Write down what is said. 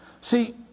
See